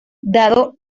dado